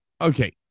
Okay